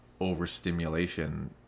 overstimulation